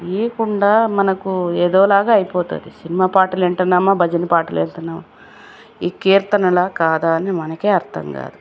ఇవ్వకుండా మనకు ఏదోలాగా అయిపోతది సినిమా పాటలింటున్నామా భజన పాటలింటున్నామా ఈ కీర్తనల కాదా అని మనకే అర్థం గాదు